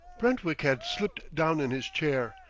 brentwick had slipped down in his chair,